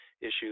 issues